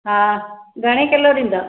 हा घणे किलो ॾींदौ